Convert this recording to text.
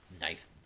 knife